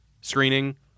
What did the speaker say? screening